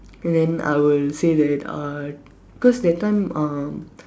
then I would say that uh cause that time uh